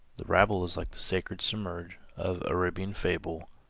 the rabble is like the sacred simurgh, of arabian fable